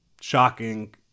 shocking